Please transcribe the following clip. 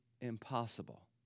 impossible